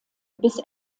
bis